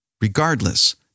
Regardless